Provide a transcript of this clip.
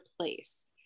place